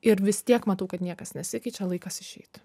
ir vis tiek matau kad niekas nesikeičia laikas išeit